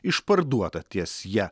išparduota ties ja